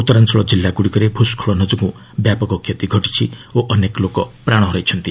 ଉତ୍ତରାଞ୍ଚଳ ଜିଲ୍ଲାଗୁଡ଼ିକରେ ଭୂସ୍କଳନ ଯୋଗୁଁ ବ୍ୟାପକ କ୍ଷତି ଘଟିଛି ଓ ଅନେକ ଲୋକ ପ୍ରାଣ ହରାଇଛନ୍ତି